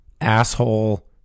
asshole